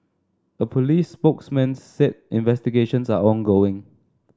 a police spokesman said investigations are ongoing